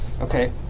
Okay